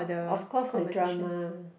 of course the drama